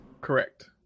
Correct